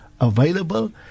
Available